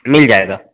मिल जाएगा